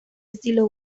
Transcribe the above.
estilo